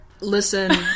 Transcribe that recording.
Listen